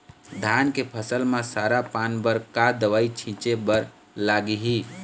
धान के फसल म सरा पान बर का दवई छीचे बर लागिही?